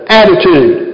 attitude